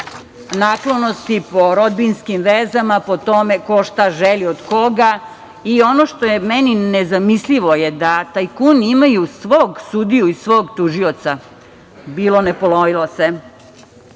naklonosti, po rodbinskim vezama, po tome ko šta želi od koga. Ono što je meni nezamislivo je da tajkuni imaju svog sudiju i svog tužioca. Bilo ne ponovilo